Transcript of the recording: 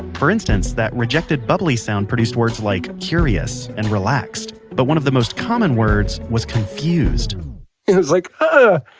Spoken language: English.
for instance, that rejected bubbly sound produced words like, curious and relaxed. but one of the most common words was confused it was like, ugh,